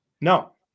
no